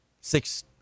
six